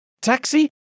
Taxi